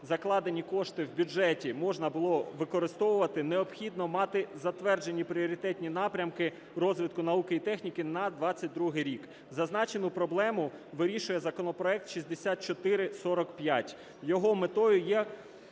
закладені кошти в бюджеті можна було використовувати, необхідно мати затверджені пріоритетні напрямки розвитку науки і техніки на 22-й рік. Зазначену проблему вирішує законопроект 6445. Його метою є